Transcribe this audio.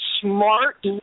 smart